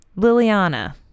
Liliana